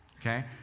okay